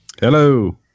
Hello